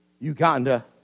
Uganda